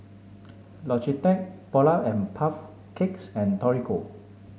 Logitech Polar and Puff Cakes and Torigo